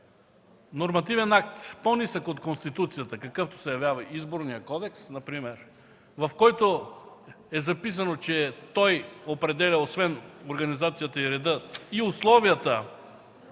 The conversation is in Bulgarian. нормативен акт, по-нисък от Конституцията, какъвто се явява Изборният кодекс например, в който е записано, че той определя освен организацията и реда, но и условията